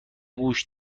گوش